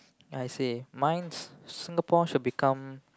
I see mines Singapore should become